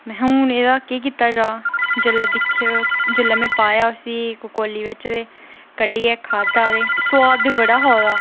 महां हून एह्दा केह् कीता जा जेल्लै दिक्खेआ जेल्लै में पाया उसी कौल्ली बिच ते कड्ढियै खाद्धा ते सोआद ते बड़ा हा ओह्दा